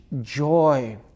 joy